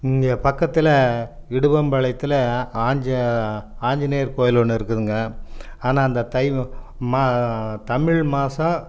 இங்கே பக்கத்தில் இடுவம்பாளையத்துல ஆஞ்சனேயர் கோவில் ஒன்று இருக்குதுங்க ஆனால் அந்த தை தமிழ் மாதம்